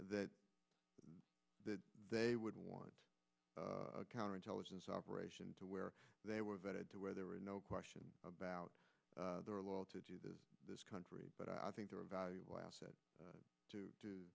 that that they would want counterintelligence operation to where they were vetted to where there were no question about there are a lot to do this this country but i think they are a valuable asset to